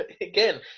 again